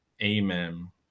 amen